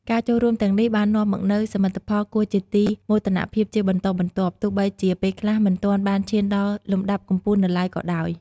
ការចូលរួមទាំងនេះបាននាំមកនូវសមិទ្ធផលគួរជាទីមោទនភាពជាបន្តបន្ទាប់ ទោះបីជាពេលខ្លះមិនទាន់បានឈានដល់លំដាប់កំពូលនៅឡើយក៏ដោយ។